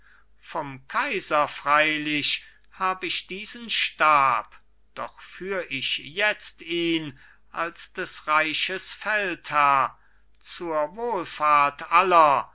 vom kaiser freilich hab ich diesen stab doch führ ich jetzt ihn als des reiches feldherr zur wohlfahrt aller